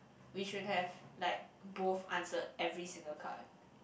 we should have like both answered every single card